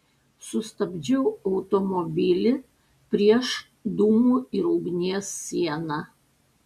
sustabdžiau automobilį prieš dūmų ir ugnies sieną